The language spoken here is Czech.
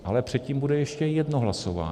Ale předtím bude ještě jedno hlasování.